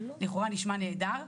לכאורה נשמע נהדר.